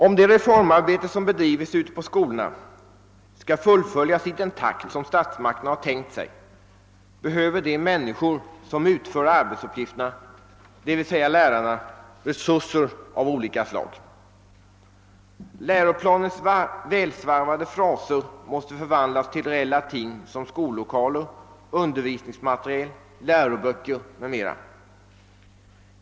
Om det reformarbete som bedrives ute i skolorna skall fullföljas i den takt som statsmakterna har tänkt sig, behöver de människor som utför arbetsuppgifterna — d.v.s. lärarna — resurser av olika slag. Läroplanens välsvarvade fraser måste förvandlas till reella ting som skollokaler, läroböcker och annan undervisningsmateriel.